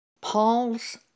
Paul's